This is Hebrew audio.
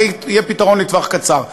זה יהיה פתרון לטווח קצר.